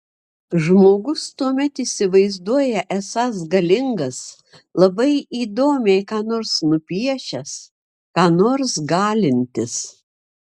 žmogus tuomet įsivaizduoja esąs galingas labai įdomiai ką nors nupiešęs ką nors galintis